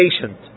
patient